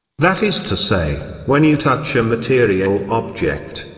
that is to say, when you touch a material object,